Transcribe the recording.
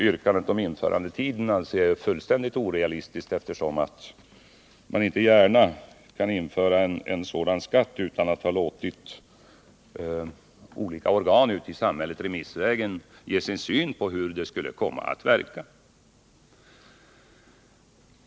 Yrkandet om införandetiden anser jag fullständigt orealistiskt, eftersom man inte gärna kan införa en sådan skatt utan att ha låtit olika organ ute i samhället remissvägen ge sin syn på hur den skulle komma att verka.